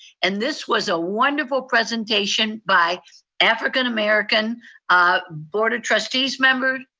and this was a wonderful presentation by african american board of trustees members,